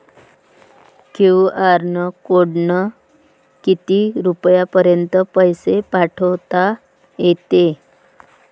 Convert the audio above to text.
QR कोडनं किती रुपयापर्यंत पैसे पाठोता येते?